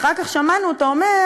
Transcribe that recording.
אחר כך שמענו אותו אומר,